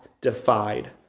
defied